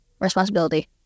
responsibility